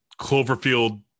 Cloverfield